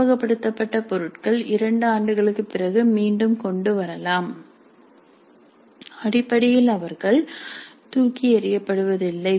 காப்பகப்படுத்தப்பட்ட பொருட்களை இரண்டு ஆண்டுகளுக்குப் பிறகு மீண்டும் கொண்டு வரலாம் அடிப்படையில் அவர்கள் தூக்கி எறியப்படுவதில்லை